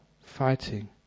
fighting